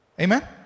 Amen